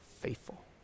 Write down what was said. faithful